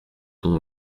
ton